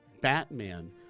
Batman